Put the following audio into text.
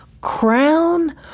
crown